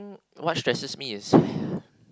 what stresses me is